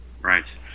Right